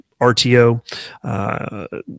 RTO